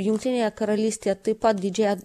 jungtinėje karalystėje taip pat didžiąją